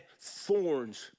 thorns